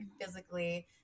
physically